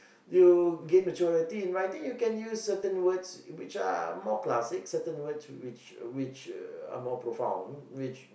you gain maturity in writing you can use certain which are more classic certain words which which are more profound which